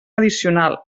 addicional